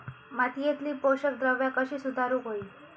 मातीयेतली पोषकद्रव्या कशी सुधारुक होई?